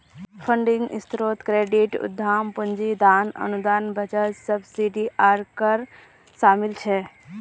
funding स्रोतोत credit, उद्दाम पूंजी, दान, अनुदान, बचत, सब्सिडी आर कर शामिल छे